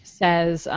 says